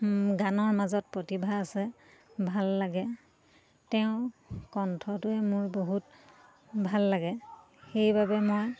গানৰ মাজত প্ৰতিভা আছে ভাল লাগে তেওঁ কণ্ঠটোৱে মোৰ বহুত ভাল লাগে সেইবাবে মই